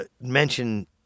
mention